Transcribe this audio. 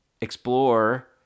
explore